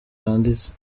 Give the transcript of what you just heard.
yanditse